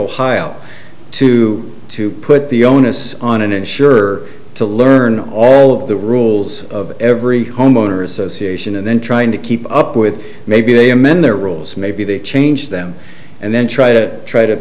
ohio to to put the onus on an insurer to learn all of the rules of every homeowner association and then trying to keep up with maybe they amend their rules maybe they change them and then try to try to